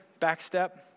Backstep